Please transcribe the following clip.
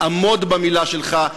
עמוד במילה שלך,